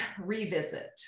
revisit